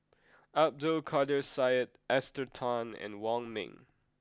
Abdul Kadir Syed Esther Tan and Wong Ming